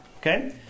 Okay